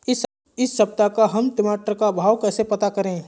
इस सप्ताह का हम टमाटर का भाव कैसे पता करें?